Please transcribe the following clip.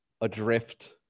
adrift